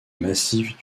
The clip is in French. massif